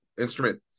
instrument